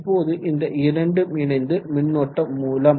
இப்போது இந்த இரண்டும் இணைந்து மின்னோட்ட மூலம்